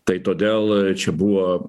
tai todėl čia buvo